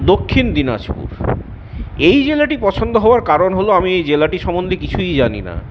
দক্ষিণ দিনাজপুর এই জেলাটি পছন্দ হওয়ার কারণ হল আমি এই জেলাটি সম্বন্ধে কিছুই জানি না